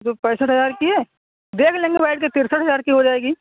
جو پینسٹھ ہزار کی ہے دیکھ لیں گے بیٹھ کے ترسٹھ ہزار کی ہو جائے گی